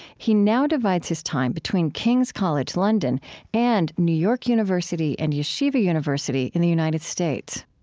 he now divides his time between king's college london and new york university and yeshiva university in the united states